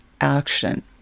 action